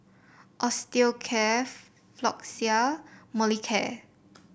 Osteocare Floxia Molicare